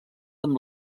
amb